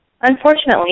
unfortunately